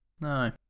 no